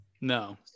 No